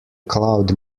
cloud